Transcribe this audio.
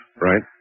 Right